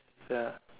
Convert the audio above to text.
ya